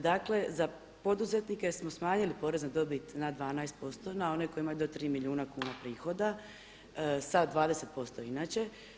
Dakle, za poduzetnike smo smanjili porez na dobit na 12% na one koji imaju do 3 milijuna kuna prihoda sa 20% inače.